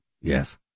Yes